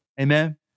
amen